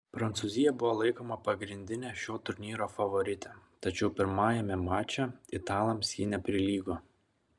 prancūzija buvo laikoma pagrindine šio turnyro favorite tačiau pirmajame mače italams ji neprilygo